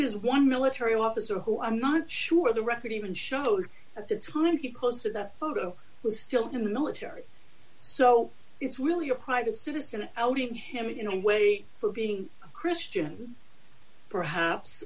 is one military officer who i'm not sure the record even shows at the time get close to that photo was still in the military so it's really a private citizen outing him in a way for being christian perhaps